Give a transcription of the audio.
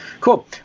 cool